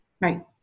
Right